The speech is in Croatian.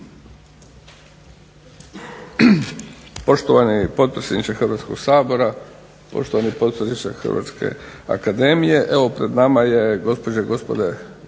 Poštovani potpredsjedniče Hrvatskog sabora, poštovani predsjedniče HRvatske akademije. Evo pred nama je gospođe i gospodo